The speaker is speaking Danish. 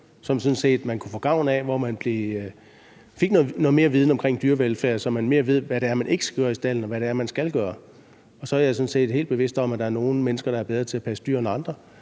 set kunne få gavn af, og hvor man fik noget mere viden om dyrevelfærd, så man i højere grad ved, hvad det er, man ikke skal gøre i stalden, og hvad det er, man skal gøre. Jeg er sådan set helt bevidst om, at der er nogle mennesker, der er bedre til at passe dyr end andre.